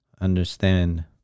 Understand